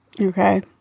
Okay